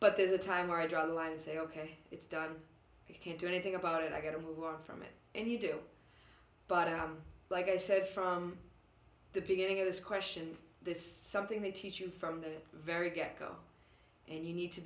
but there's a time where i draw the line and say ok it's done i can't do anything about it i get it who are from it and you do but like i said from the beginning of this question this something they teach you from the very get go and you need to